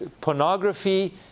pornography